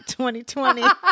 2020